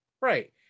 Right